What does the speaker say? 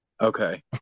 Okay